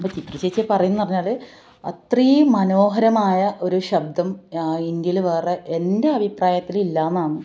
ചിത്രചേച്ചിയെ പറയുന്നതെന്ന് പറഞ്ഞാല് അത്രയും മനോഹരമായ ഒരു ശബ്ദം ഇന്ത്യയില് വേറെ എൻ്റെ അഭിപ്രായത്തില് ഇല്ല എന്നാണ്